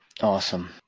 Awesome